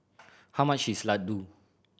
how much is laddu